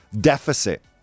deficit